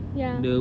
ya